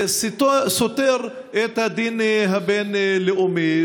זה סותר את הדין הבין-לאומי,